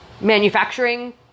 manufacturing